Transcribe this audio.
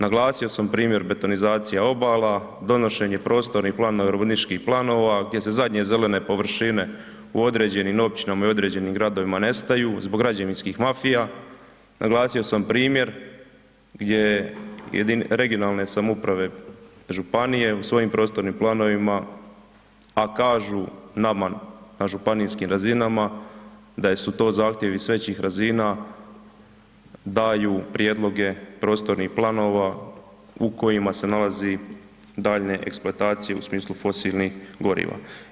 Naglasio sam primjer betonizacija obala, donošenje prostornih planova, urbanističkih planova gdje se zadnje zelene površine u određenim općinama i određenim gradovima nestaju zbog građevinskih mafija, naglasio sam primjer gdje regionalne samouprave, županije, u svojim prostornim planovima, a kažu naman na županijskim razinama da su to zahtjevi s većih razina, daju prijedloge prostornih planova u kojima se nalazi daljnje eksploatacije u smislu fosilnih goriva.